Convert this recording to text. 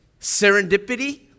serendipity